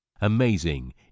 amazing